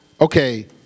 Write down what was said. okay